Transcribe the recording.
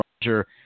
Roger